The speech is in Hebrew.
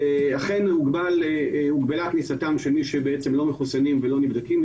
אכן הוגבלה כניסתם של מי שבעצם לא מחוסנים ולא נבדקים,